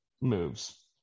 moves